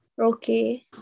Okay